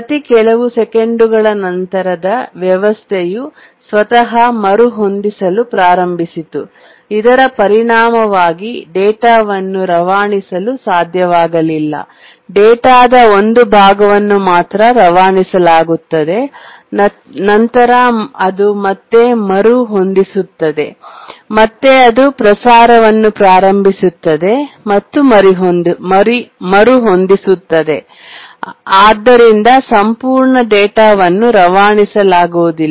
ಪ್ರತಿ ಕೆಲವು ಸೆಕೆಂಡುಗಳ ನಂತರದ ವ್ಯವಸ್ಥೆಯು ಸ್ವತಃ ಮರುಹೊಂದಿಸಲು ಪ್ರಾರಂಭಿಸಿತು ಇದರ ಪರಿಣಾಮವಾಗಿ ಡೇಟಾವನ್ನು ರವಾನಿಸಲು ಸಾಧ್ಯವಾಗಲಿಲ್ಲ ಡೇಟಾದ ಒಂದು ಭಾಗವನ್ನು ಮಾತ್ರ ರವಾನಿಸಲಾಗುತ್ತದೆ ನಂತರ ಅದು ಮತ್ತೆ ಮರುಹೊಂದಿಸುತ್ತದೆ ಮತ್ತೆ ಅದು ಪ್ರಸಾರವನ್ನು ಪ್ರಾರಂಭಿಸುತ್ತದೆ ಮತ್ತು ಮರುಹೊಂದಿಸುತ್ತದೆ ಮತ್ತು ಆದ್ದರಿಂದ ಸಂಪೂರ್ಣ ಡೇಟಾವನ್ನು ರವಾನಿಸಲಾಗುವುದಿಲ್ಲ